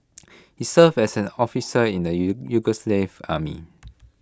he serve as an officer in the you Yugoslav army